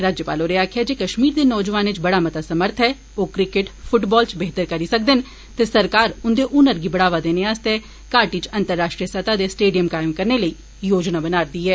राज्यपाल होरें आक्खेआ जे कश्मीर दे नौजोआनें च बड़ा मता समर्थ ऐ ओ क्रिकेट फुटवाल च बेहतर करी सकदे न ते सरकार उन्दे हुनर गी बढ़ावा देने आस्तै घाटी च अंतर्राष्ट्रीय स्तर दे स्टेडियम कायम करने लेई योजना बना रदी ऐ